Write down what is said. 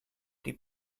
die